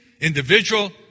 individual